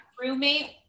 roommate